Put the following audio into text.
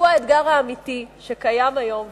שהוא האתגר האמיתי שקיים היום,